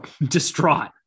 distraught